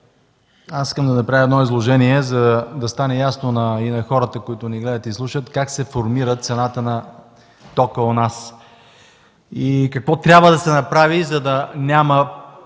искам да направя едно изложение, за да стане ясно и на хората, които ни гледат и слушат, как се формира цената на тока у нас, и какво трябва да се направи, за да няма